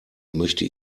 möchte